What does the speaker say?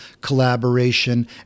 collaboration